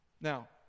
now